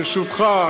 ברשותך,